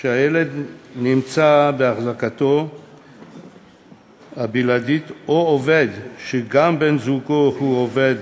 שהילד נמצא בהחזקתו הבלעדית או עובד שגם בן-זוגו הוא עובד